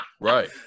Right